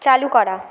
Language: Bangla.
চালু করা